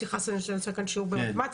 סליחה שאני עושה כאן שיעור במתמטיקה.